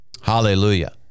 hallelujah